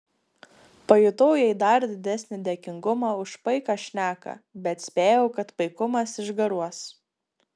pajutau jai dar didesnį dėkingumą už paiką šneką bet spėjau kad paikumas išgaruos